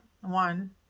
one